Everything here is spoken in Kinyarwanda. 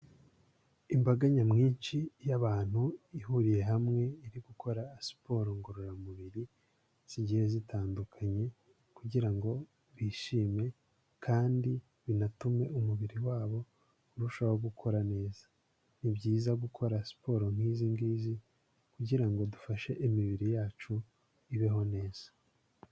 Imbaga nyamwinshi y'abantu ihuriye hamwe iri gukora siporo ngororamubiri, zigiye zitandukanye kugira ngo bishime kandi binatume umubiri wabo urushaho gukora neza. Ni byiza gukora siporo nk'izi ngizi kugira ngo dufashe imibiri yacu ibeho neza.